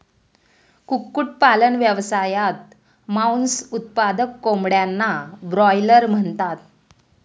कुक्कुटपालन व्यवसायात, मांस उत्पादक कोंबड्यांना ब्रॉयलर म्हणतात